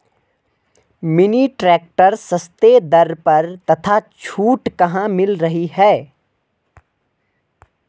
Mini tractor सस्ते दर पर तथा छूट कहाँ मिल रही है?